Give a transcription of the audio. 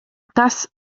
das